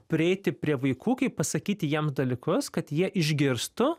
prieiti prie vaikų kaip pasakyti jiem dalykus kad jie išgirstų